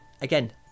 Again